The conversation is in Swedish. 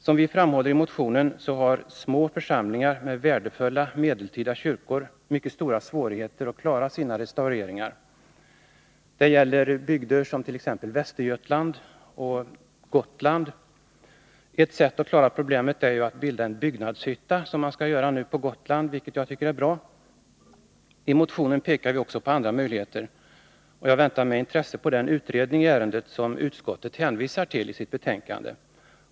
Som vi framhåller i motionen har små församlingar med värdefulla medeltida kyrkor mycket stora svårigheter att klara de restaureringar som är nödvändiga. Detta gäller t.ex. Västergötland och Gotland. Ett sätt att klara problemet är att bilda en byggnadshytta, som man nu skall göra på Gotland, vilket jag tycker är bra. I motionen pekar vi också på andra möjligheter. Jag väntar med intresse på den utredning i ärendet som utskottet hänvisar till i betänkandet.